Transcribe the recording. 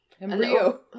Embryo